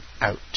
out